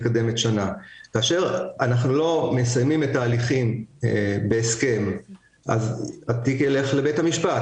כאשר אנחנו לא מסיימים את התהליכים בהסכם התיק הולך לבית המשפט.